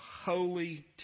holy